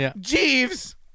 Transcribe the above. Jeeves